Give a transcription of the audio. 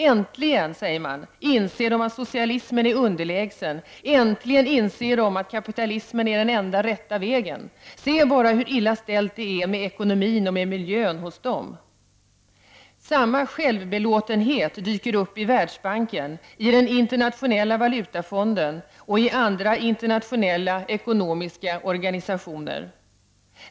”Äntligen”, säger man, ”inser de att socialismen är underlägsen, äntligen inser de att kapitalsmen är den enda rätta vägen. Se bara hur illa ställt det är med ekonomin och med miljön hos dem!”. Samma självbelåtenhet dyker upp i Världsbanken, Internationella valutafonden och andra internationella ekonomiska organisationer.